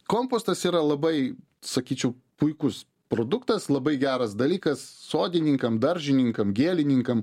kompostas yra labai sakyčiau puikus produktas labai geras dalykas sodininkam daržininkam gėlininkam